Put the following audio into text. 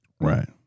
Right